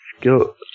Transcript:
go